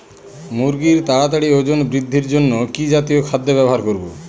মুরগীর তাড়াতাড়ি ওজন বৃদ্ধির জন্য কি জাতীয় খাদ্য ব্যবহার করব?